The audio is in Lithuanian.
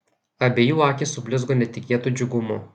abiejų akys sublizgo netikėtu džiugumu